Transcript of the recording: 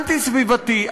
אנטי-סביבתי,